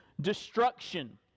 destruction